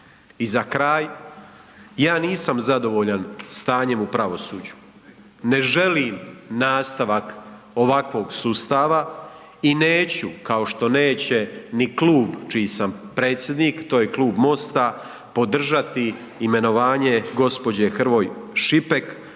I za kraj, ja nisam zadovoljan stanjem u pravosuđu. Ne želim nastavak ovakvog sustava i neću, kao što neće ni klub čiji sam predsjednik to je Klub MOST-a podržati imenovanje gospođe Hrvoj Šipek